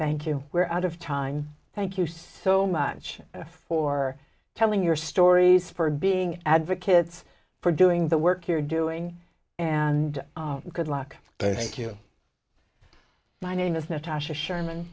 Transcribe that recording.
thank you we're out of time thank you so much for telling your stories for being advocates for doing the work you're doing and good luck thank you my name is not a sherman